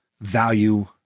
value